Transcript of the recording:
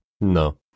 No